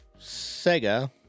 Sega